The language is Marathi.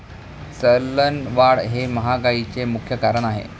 चलनवाढ हे महागाईचे मुख्य कारण आहे